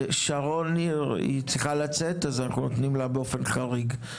שרון ניר היא צריכה לצאת אז אנחנו נותנים לה באופן חריג.